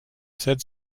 said